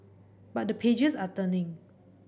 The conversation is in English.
but the pages are turning